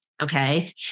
Okay